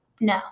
No